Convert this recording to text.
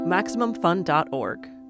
MaximumFun.org